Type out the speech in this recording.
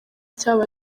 cy’aba